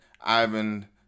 Ivan